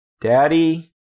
Daddy